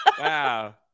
Wow